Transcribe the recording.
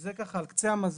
וזה ככה על קצה המזלג